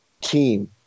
team